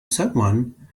someone